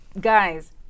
guys